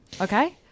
Okay